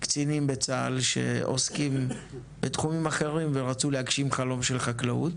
קצינים בצה"ל שעוסקים בתחומים אחרים ורצו להגשים חלום של חקלאות